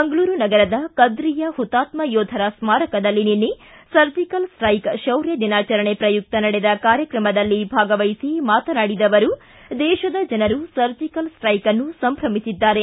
ಮಂಗಳೂರು ನಗರದ ಕದ್ರಿಯ ಹುತಾತ್ಮ ಯೋಧರ ಸ್ಮರಕದಲ್ಲಿ ನಿನ್ನೆ ಸರ್ಜಿಕಲ್ ಸ್ಟೈಕ್ ಶೌರ್ಯ ದಿನಾಚರಣೆ ಪ್ರಯುಕ್ತ ನಡೆದ ಕಾರ್ಯಕ್ರಮದಲ್ಲಿ ಭಾಗವಹಿಸಿ ಮಾತನಾಡಿದ ಅವರು ದೇಶದ ಜನರು ಸರ್ಜಿಕಲ್ ಸ್ಟೈಕ್ನ್ನು ಸಂಭ್ರಮಿಸಿದ್ದಾರೆ